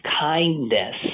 kindness